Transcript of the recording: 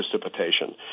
precipitation